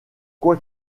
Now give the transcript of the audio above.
quoi